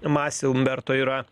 masi umberto yra